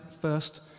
first